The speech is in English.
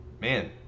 man